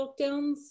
lockdowns